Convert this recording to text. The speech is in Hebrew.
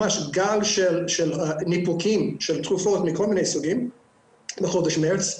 גל של ניפוקים של תרופות מכל מיני סוגים בחודש מארס,